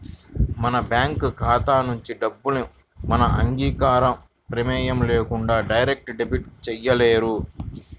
మన బ్యేంకు ఖాతా నుంచి డబ్బుని మన అంగీకారం, ప్రమేయం లేకుండా డైరెక్ట్ డెబిట్ చేయలేరు